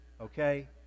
okay